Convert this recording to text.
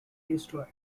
destroyed